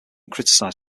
criticised